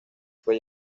fue